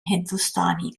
hindustani